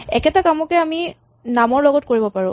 একেটা কামকে আমি নামৰ লগত কৰিব পাৰো